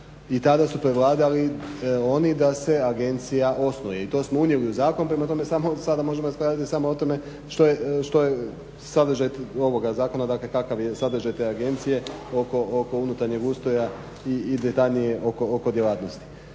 i tada su prevladali oni da se agencija osnuje i to smo unijeli u zakon, prema tome sada možemo samo raspravljati o tome što je sadržaj ovoga zakona dakle kakav je sadržaj te agencije oko unutarnjeg ustroja i detaljnije oko djelatnosti.